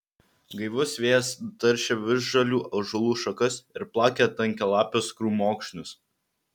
gaivus vėjas taršė visžalių ąžuolų šakas ir plakė tankialapius krūmokšnius